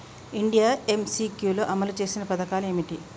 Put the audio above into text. India MCQ లో అమలు చేసిన పథకాలు ఏమిటి?